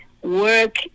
Work